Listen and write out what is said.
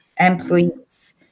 employees